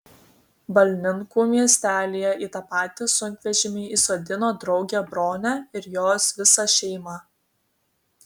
balninkų miestelyje į tą patį sunkvežimį įsodino draugę bronę ir jos visą šeimą